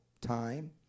time